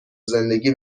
زندگی